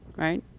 right?